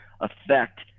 affect